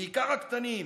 בעיקר הקטנים.